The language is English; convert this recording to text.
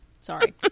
Sorry